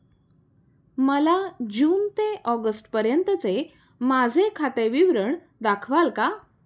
मला जून ते ऑगस्टपर्यंतचे माझे खाते विवरण दाखवाल का?